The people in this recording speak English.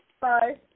Bye